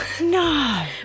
No